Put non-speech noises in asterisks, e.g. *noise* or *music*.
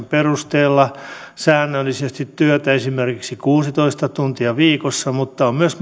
*unintelligible* perusteella säännöllisesti työtä esimerkiksi kuusitoista tuntia viikossa mutta on myös *unintelligible*